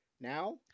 now